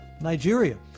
Nigeria